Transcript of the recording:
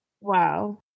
Wow